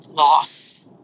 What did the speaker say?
Loss